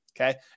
okay